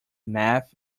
meth